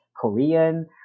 Korean